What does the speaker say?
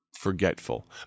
forgetful